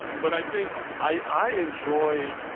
but i think i enjoy,